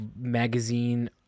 magazine